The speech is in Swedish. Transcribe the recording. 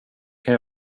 kan